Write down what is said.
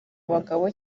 bagabo